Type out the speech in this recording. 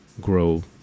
grow